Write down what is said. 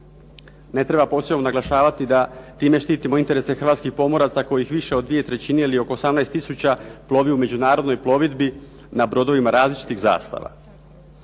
Ne treba posebno naglašavati da time štitimo interese hrvatskih pomoraca koji više od dvije trećine ili oko 18 tisuća plovi u međunarodnoj plovidbi na brodovima različitih zastava.